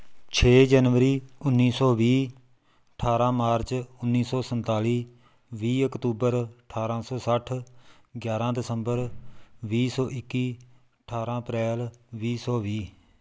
ਛੇ ਜਨਵਰੀ ਉੱਨੀ ਸੌ ਵੀਹ ਅਠਾਰਾਂ ਮਾਰਚ ਉੱਨੀ ਸੌ ਸੰਤਾਲੀ ਵੀਹ ਅਕਤੂਬਰ ਅਠਾਰਾਂ ਸੌ ਸੱਠ ਗਿਆਰਾਂ ਦਸੰਬਰ ਵੀਹ ਸੌ ਇੱਕੀ ਅਠਾਰਾਂ ਅਪ੍ਰੈਲ ਵੀਹ ਸੌ ਵੀਹ